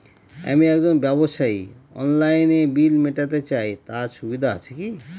আমি একজন ব্যবসায়ী অনলাইনে বিল মিটাতে চাই তার সুবিধা আছে কি?